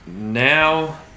Now